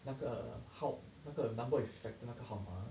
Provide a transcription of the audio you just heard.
那个号那个 number of 那个号码 ah